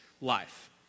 life